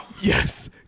Yes